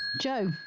Joe